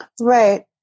Right